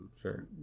Sure